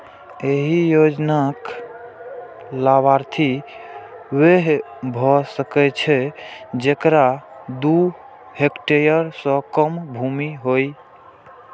एहि योजनाक लाभार्थी वैह भए सकै छै, जेकरा दू हेक्टेयर सं कम भूमि होय